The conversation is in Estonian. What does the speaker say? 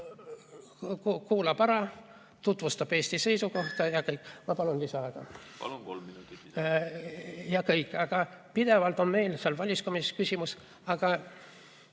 kuulab ära, tutvustab Eesti seisukohta, ja kõik. Ma palun lisaaega! Palun, kolm minutit. Aga pidevalt on meil seal väliskomisjonis küsimus, aga